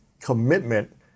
commitment